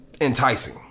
enticing